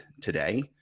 today